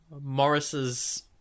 Morris's